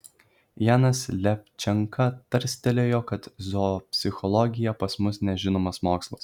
janas levčenka tarstelėjo kad zoopsichologija pas mus nežinomas mokslas